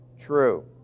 true